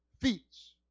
feats